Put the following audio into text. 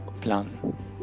plan